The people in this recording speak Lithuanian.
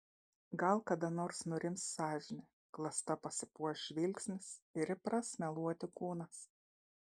gal kada nors nurims sąžinė klasta pasipuoš žvilgsnis ir įpras meluoti kūnas